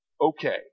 okay